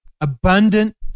abundant